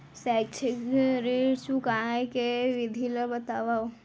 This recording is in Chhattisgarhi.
शैक्षिक ऋण चुकाए के विधि ला बतावव